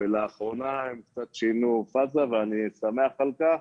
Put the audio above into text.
ולאחרונה הם קצת שינו את הגישה ואני שמח על כך.